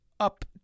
Up